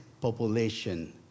population